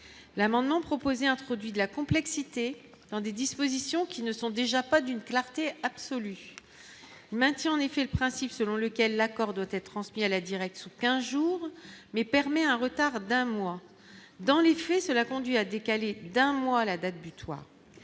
l'amendement proposé introduit de la complexité des dispositions qui ne sont déjà pas d'une clarté absolue maintient en effet le principe selon lequel l'accord doit être transmis à la direction qu'un jour, mais permet un retard d'un mois dans les faits, cela conduit à décaler d'un mois la date butoir,